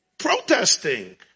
protesting